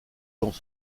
dans